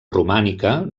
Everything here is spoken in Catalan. romànica